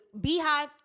Beehive